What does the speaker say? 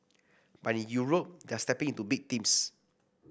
but in Europe they are stepping into big teams